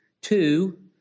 two